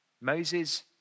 Moses